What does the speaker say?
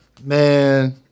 Man